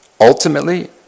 ultimately